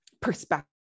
perspective